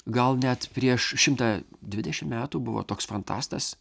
gal net prieš šimtą dvidešimt metų buvo toks fantastas